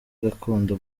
gakondo